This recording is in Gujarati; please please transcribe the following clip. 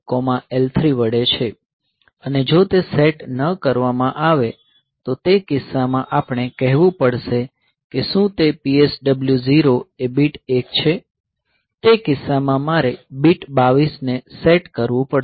0L3 વડે છે અને જો તે સેટ ન કરવામાં આવે તો તે કિસ્સામાં આપણે કહેવું પડશે કે શું તે PSW 0 એ બીટ 1 છે તે કિસ્સામાં મારે બીટ 22 ને સેટ કરવું પડશે